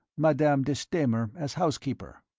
madame de stamer, as housekeeper.